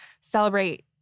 celebrate